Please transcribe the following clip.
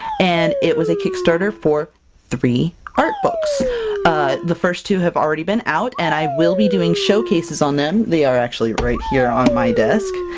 and it was a kickstarter for three art books. ah the first two have already been out, and i will be doing showcases on them. they are actually right here, on my desk,